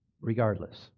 Regardless